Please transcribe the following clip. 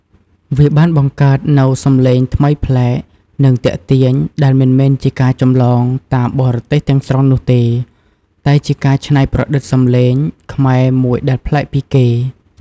វាបានបង្កើតបាននូវសម្លេងថ្មីប្លែក និងទាក់ទាញ ដែលមិនមែនជាការចម្លងតាមបរទេសទាំងស្រុងនោះទេ តែជាការច្នៃប្រឌិតសម្លេង ខ្មែរ មួយដែលប្លែកពីគេ។